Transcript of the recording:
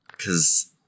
Cause